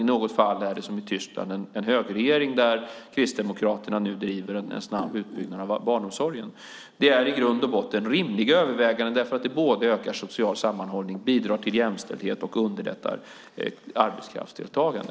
I något fall är det, som i Tyskland, en högerregering, där kristdemokraterna nu driver en snabb utbyggnad av barnomsorgen. Det är i grund och botten rimliga överväganden, för det både ökar social sammanhållning, bidrar till jämställdhet och underlättar arbetskraftsdeltagande.